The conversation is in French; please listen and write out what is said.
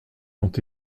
ont